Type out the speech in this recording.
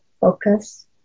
focus